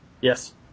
Yes